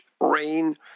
rain